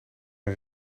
een